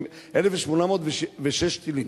1,806 טילים,